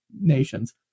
nations